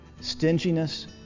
stinginess